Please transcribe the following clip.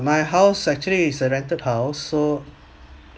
my house actually is a rented house so